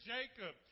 Jacob